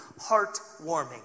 heartwarming